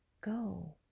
go